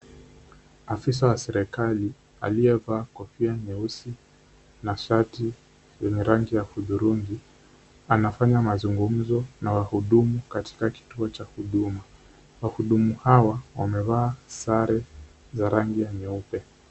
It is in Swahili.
Afisa wa serikali aliyevaa kofia nyeusi na shati yenye rangi ya hudhurungi anafanya mazungumzo na wahudumu katika kituo cha huduma, wahudumu hawa wamevaa sare za rangi ya nyeupe.